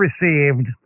received